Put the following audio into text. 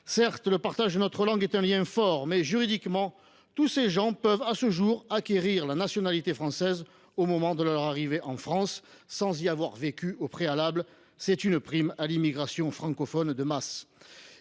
Certes, le partage de notre langue est un lien fort, mais, juridiquement, tous ces gens peuvent à ce jour acquérir la nationalité française au moment de leur arrivée en France, sans y avoir vécu au préalable. C’est une prime à l’immigration francophone de masse.